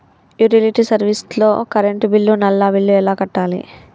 Utility service లో current bill, నల్లా bill ఎలా కట్టాలి?